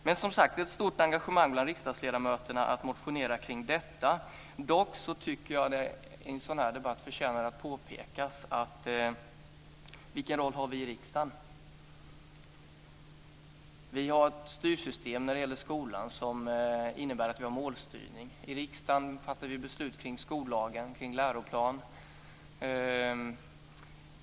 Men som sagt, det är ett stort engagemang bland riksdagsledamöterna att motionera kring detta. Dock tycker jag att det i en sådan här debatt förtjänar att påpekas vilken roll vi i riksdagen har. Vi har ett styrsystem när det gäller skolan som innebär att vi har målstyrning. I riksdagen fattar vi beslut kring skollagen, kring läroplan.